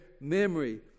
memory